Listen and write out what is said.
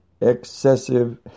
excessive